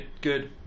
good